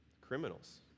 Criminals